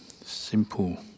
simple